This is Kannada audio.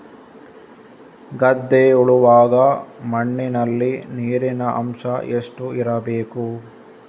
ಗದ್ದೆ ಉಳುವಾಗ ಮಣ್ಣಿನಲ್ಲಿ ನೀರಿನ ಅಂಶ ಎಷ್ಟು ಇರಬೇಕು?